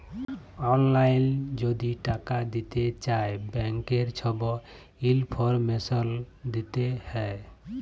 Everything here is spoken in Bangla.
অললাইল যদি টাকা দিতে চায় ব্যাংকের ছব ইলফরমেশল দিতে হ্যয়